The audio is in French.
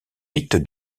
mythe